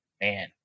man